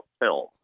film